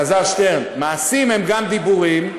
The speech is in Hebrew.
אלעזר שטרן, מעשים הם גם דיבורים,